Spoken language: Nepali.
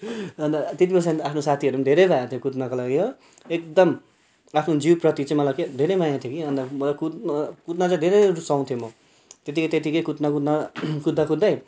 अन्त त्यत्ति बेलासम्म आफ्नो साथी पनि धेरै भएको थियो कुद्नको लागि हो एकदम आफ्नो जिउप्रति चाहिँ मलाई धेरै माया थियो अन्त म कुद्न कुद्न चाहिँ धेरै रुचाउँथेँ म त्यत्तिकै त्यत्तिकै म कुद्दा कुद्दा कुद्दा कुद्दै